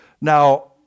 Now